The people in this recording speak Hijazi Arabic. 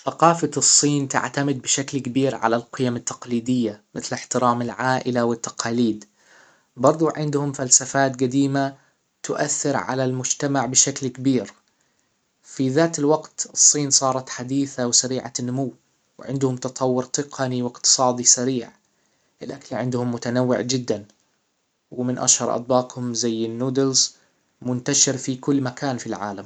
ثقافة الصين تعتمد بشكل كبير على القيم التقليدية مثل احترام العائلة والتقاليد برضه عندهم فلسفات جديمة تؤثر على المجتمع بشكل كبير في ذات الوقت الصين صارت حديثة وسريعة النمو وعندهم تطور تقني واقتصادي سريع الاكل عندهم متنوع جدا ومن اشهر اطباقهم زي النودلز منتشر في كل مكان في العالم